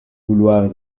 couloirs